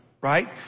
right